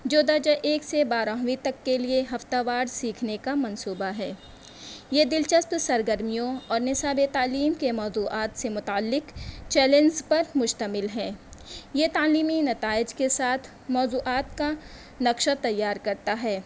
جو درجہ ایک سے بارہویں تک کے لئے ہفتہ وار سیکھنے کا منصوبہ ہے یہ دلچسپ سرگرمیوں اور نصابِ تعلیم کے موضوعات سے متعلق چیلنجس پر مشتمل ہے یہ تعلیمی نتائج کے ساتھ موضوعات کا نقشہ تیار کرتا ہے